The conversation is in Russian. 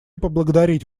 поблагодарить